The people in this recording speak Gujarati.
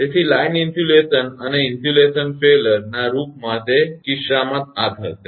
તેથી લાઇન ઇન્સ્યુલેશન અને ઇન્સ્યુલેશન ભંગાણના તે કિસ્સામાં આ થશે